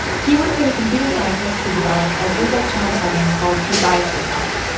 he worked with the computer scientist to develop a google chrome plugin called debias yourself,